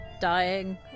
dying